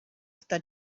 esta